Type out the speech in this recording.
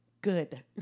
good